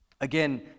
Again